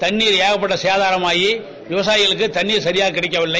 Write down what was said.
தண்ணீர் அதிகமாக சேதாரமாகி விவசாயிகளுக்கு தண்ணீர் சரியாக கிடைக்கவில்லை